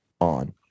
on